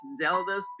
Zelda